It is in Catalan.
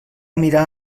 mirar